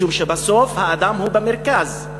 משום שבסוף האדם הוא במרכז.